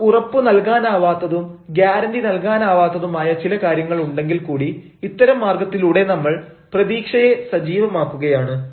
നമുക്ക് ഉറപ്പു നൽകാനാവാത്തതും ഗ്യാരണ്ടി നൽകാനാവാത്തതുമായ ചില കാര്യങ്ങൾ ഉണ്ടെങ്കിൽ കൂടി ഇത്തരം മാർഗത്തിലൂടെ നമ്മൾ പ്രതീക്ഷയെ സജീവമാകുകയാണ്